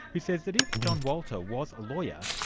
who says that if john walter was a lawyer,